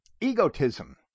Egotism